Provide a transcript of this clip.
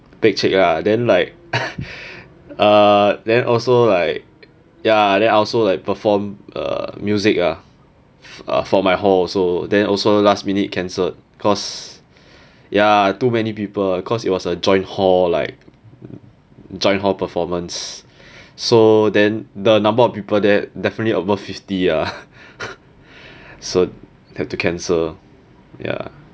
pekcek lah then like uh then also like ya then I also like perform uh music ya for my hall also then also last minute cancelled cause ya too many people cause it was a joint hall like join hall performance so then the number of people that definitely above fifty ah so have to cancel ya